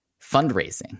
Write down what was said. fundraising